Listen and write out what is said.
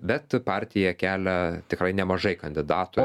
bet partija kelia tikrai nemažai kandidatų